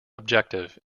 objective